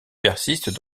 persiste